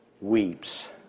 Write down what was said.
weeps